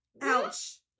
ouch